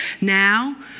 Now